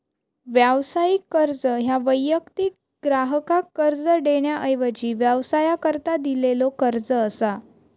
व्यावसायिक कर्ज ह्या वैयक्तिक ग्राहकाक कर्ज देण्याऐवजी व्यवसायाकरता दिलेलो कर्ज असा